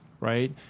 Right